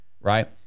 right